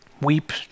Weep